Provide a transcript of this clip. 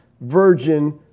virgin